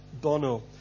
Bono